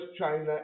china